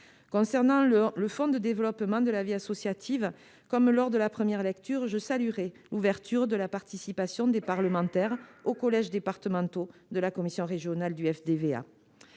S'agissant du Fonds de développement de la vie associative, je saluerai, comme lors de la première lecture, l'ouverture de la participation des parlementaires aux collèges départementaux de la commission régionale du FDVA.